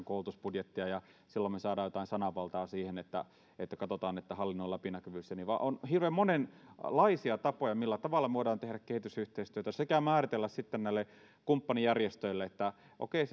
koulutusbudjettia ja silloin me saamme jotain sananvaltaa siihen että että katsotaan että on hallinnon läpinäkyvyys ja niin edelleen vaan on hirveän monenlaisia tapoja millä tavalla me voimme tehdä kehitysyhteistyötä sekä määritellä sitten näille kumppanijärjestöille että okei